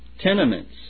tenements